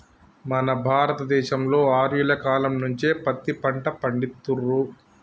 మన భారత దేశంలో ఆర్యుల కాలం నుంచే పత్తి పంట పండిత్తుర్రు